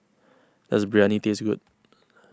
does Biryani taste good